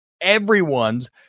everyone's